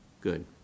Good